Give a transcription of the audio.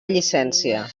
llicència